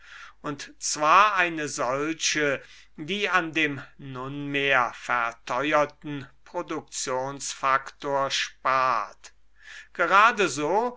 und zwar eine solche die an dem nunmehr verteuerten produktionsfaktor spart geradeso wie